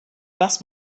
das